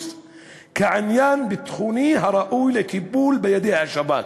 כעניין ביטחוני הראוי לטיפול בידי השב"כ.